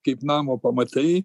kaip namo pamatai